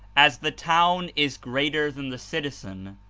as the town is greater than the citizen,